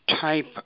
type